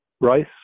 Rice